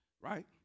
Right